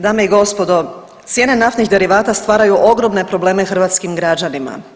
Dame i gospodo, cijene naftnih derivata stvaraju ogromne probleme hrvatskim građanima.